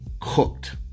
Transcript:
cooked